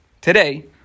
today